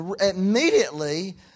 immediately